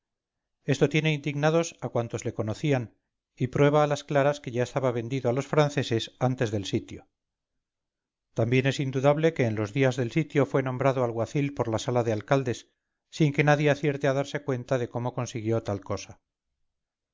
esto tiene indignados a cuantos le conocían y prueba a las claras que ya estaba vendido a los franceses desde antes del sitio también es indudable que en los días del sitio fue nombrado alguacil por la sala de alcaldes sin que nadie acierte a darse cuenta de cómo consiguió tal cosa